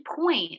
point